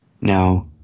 No